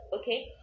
okay